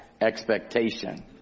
expectation